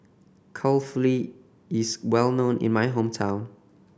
kulfily is well known in my hometown